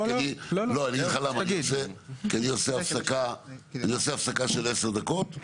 כי אני עושה הפסקה של 10 דקות,